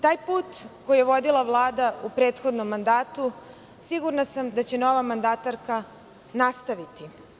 Taj put koji je vodila Vlada u prethodnom mandatu sigurna sam da će nova mandatarka nastaviti.